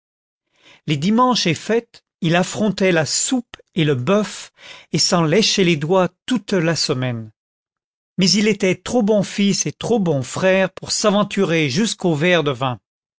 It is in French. les dimanches et fêtes il affrontait la soupe et le bœuf et s'en léchait les doigts toute la semaine mais il était trop bon fils et trop bon frère pour s'aventurer jusqu'au verre de vin